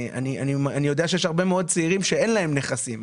אני יודע שיש הרבה מאוד צעירים שאין להם נכסים.